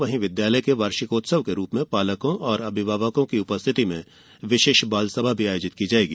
वहीं विद्यालय के वार्षिकोत्सव के रुप में पालकों और अभिभावकों की उपस्थिति में विशेष बालसभा भी आयोजित की जायेगी